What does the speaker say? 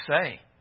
say